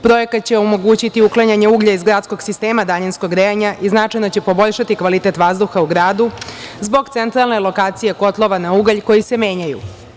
Projekat će omogućiti uklanjanje uglja iz gradskog sistema daljinskog grejanja i značajno će poboljšati kvalitet vazduha u gradu, zbog centralne lokacije kotlova na ugalj, koji se menjaju.